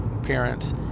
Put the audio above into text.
parents